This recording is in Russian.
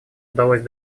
удалось